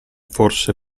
forse